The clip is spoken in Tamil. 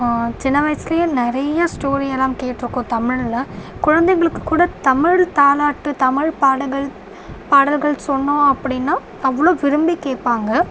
சின்ன வயதுலயே நிறைய ஸ்டோரி எல்லாம் கேட்டிருக்கோம் தமிழில் குழந்தைங்களுக்கு கூட தமிழ் தாலாட்டு பாடகள் பாடல்கள் சொன்னோம் அப்படின்னா அவ்வளோ விரும்பி கேட்பாங்க